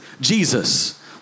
Jesus